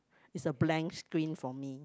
it's a blank screen for me